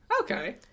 okay